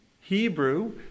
Hebrew